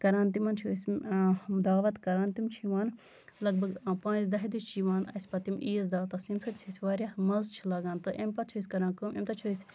کران تِمن چھِ أسۍ دعوت کران تِم چھِ أسۍ لگ بگ پانژھِ دہہِ دۄہ چھِ یِوان اَسہِ پَتہٕ یِم عیٖز دعوتَس ییٚمہِ سۭتۍ اَسہِ واریاہ مَزٕ چھُ لَگان تہٕ اَمہِ پَتہٕ چھِ أسۍ کران کٲم اَمہِ دۄہ چھِ أسۍ